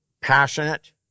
passionate